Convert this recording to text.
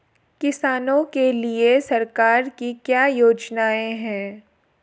किसानों के लिए सरकार की क्या योजनाएं हैं?